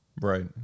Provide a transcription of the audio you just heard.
Right